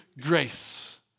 Grace